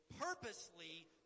purposely